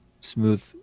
smooth